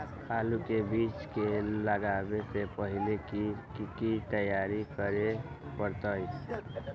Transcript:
आलू के बीज के लगाबे से पहिले की की तैयारी करे के परतई?